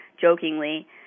jokingly